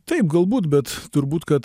taip galbūt bet turbūt kad